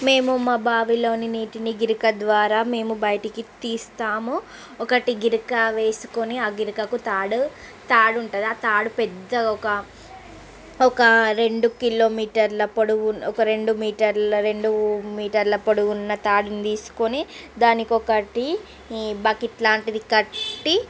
మేము మా బావిలోని నీటిని గిలక ద్వారా మేము బయటికి తీస్తాము ఒకటి గిలక వేసుకొని ఆ గిలకకు తాడు తాడు ఉంటుంది ఆ తాడు పెద్ద ఒక ఒక రెండు కిలోమీటర్ల పొడవు ఒక రెండు మీటర్ల రెండు మీటర్ల పొడవు ఉన్న తాడుని తీసుకొని దానికి ఒకటి బకెట్ లాంటిది కట్టి